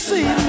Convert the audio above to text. See